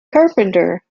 carpenter